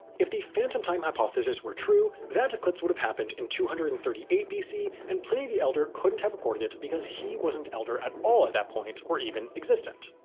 if the phantom time hypothesis were true, that eclipse would have happened in two hundred and thirty eight bc, and pliny the elder couldn't have recorded it because he wasn't elder at all at that point, or even existent.